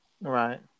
Right